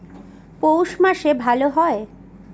পৌষ মাসে ভালো হয়?